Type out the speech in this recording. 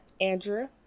andrew